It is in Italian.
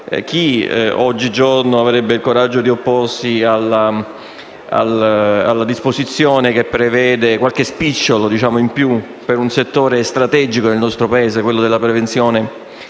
oggigiorno avrebbe il coraggio di opporsi a un provvedimento che prevede qualche spicciolo in più per un settore strategico per il nostro Paese, e cioè quello della prevenzione